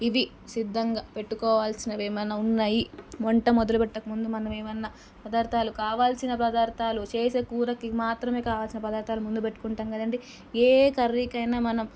ఇవి సిద్ధంగా పెట్టుకోవలసినవి ఏమనగా ఉన్నాయి వంట మొదలు పెట్టకముందు మనం ఏమైనా పదార్థాలు కావలసిన పదార్థాలు చేసే కూరకి మాత్రమే కావాల్సిన పదార్థాలు ముందు పెట్టుకుంటాము కదా అండి ఏ కర్రీకి అయినా మనం